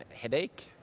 headache